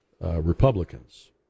Republicans